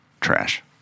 trash